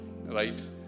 right